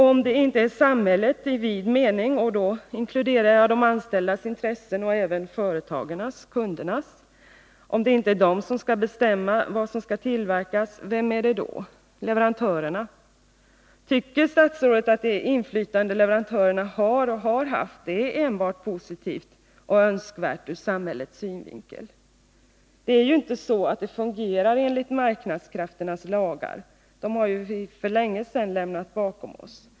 Om det inte är samhället i vid mening, och då inkluderar jag de anställdas intressen liksom även företagens-kundernas, som skall bestämma vad som skall tillverkas, vem är det då — leverantörerna? Tycker statsrådet att det inflytande leverantörerna har och har haft är enbart positivt och önskvärt ur samhällets synvinkel? Det är ju inte så, att det fungerar enligt marknadskrafternas lagar. Dessa har vi ju för länge sedan lämnat bakom oss.